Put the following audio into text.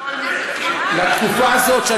לתקופה הזאת,